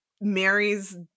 Mary's